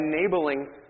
enabling